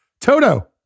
Toto